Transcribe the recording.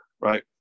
right